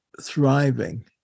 thriving